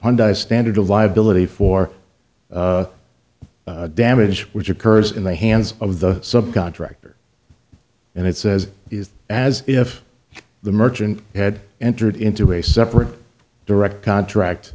one die standard of viability for damage which occurs in the hands of the sub contractor and it says it is as if the merchant had entered into a separate direct contract